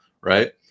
right